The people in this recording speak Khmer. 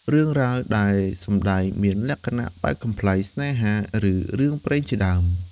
រឿងរ៉ាវដែលសម្តែងមានលក្ខណៈបែបកំប្លែង ស្នេហា ឬរឿងព្រេងជាដើម។